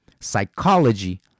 psychology